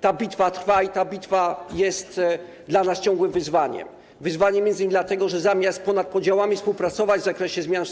Ta bitwa trwa i ta bitwa jest dla nas ciągłym wyzwaniem, wyzwaniem m.in. dlatego, że zamiast ponad podziałami współpracować w zakresie zmian